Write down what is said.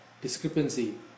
discrepancy